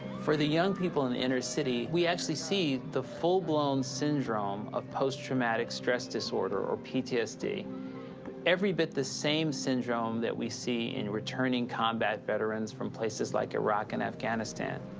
for the young people in inner city, we actually see the full-blown syndrome of post-traumatic stress disorder or ptsd, every bit the same syndrome that we see in returning combat veterans from places like iraq and afghanistan.